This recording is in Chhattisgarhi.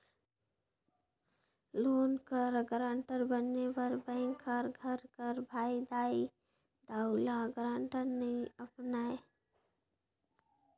लोन कर गारंटर बने बर बेंक हर घर कर भाई, दाई, दाऊ, ल गारंटर नी अपनाए